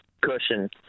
cushion